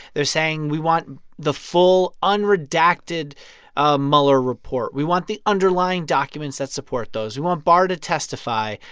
they're saying we want the full, unredacted ah mueller report. we want the underlying documents that support those. we want barr to testify,